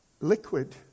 Liquid